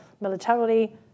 militarily